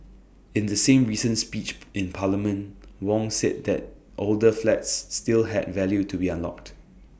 in the same recent speech in parliament Wong said that older flats still had value to be unlocked